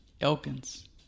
Elkins